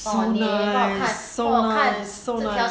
so nice so nice so nice